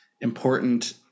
important